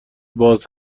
باز